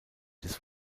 des